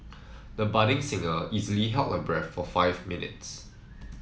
the budding singer easily held her breath for five minutes